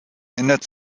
änderte